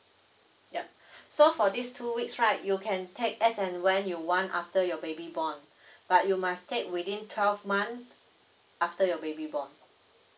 yup so for this two weeks right you can take as and when you want after your baby born but you must take within twelve month after your baby born